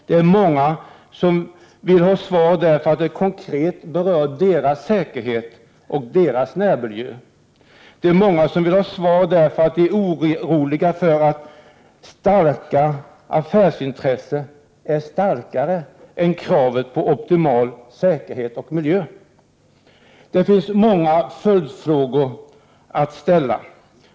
Det är många som vill ha svar, därför att detta konkret berör deras säkerhet och närmiljö. Det är många som vill ha svar, därför att de är oroliga för att starka affärsintressen är starkare än kravet på optimal säkerhet och miljö. Det finns många följdfrågor att ställa.